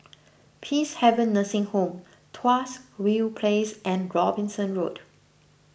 Peacehaven Nursing Home Tuas View Place and Robinson Road